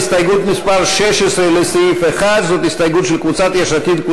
של קבוצת סיעת המחנה הציוני,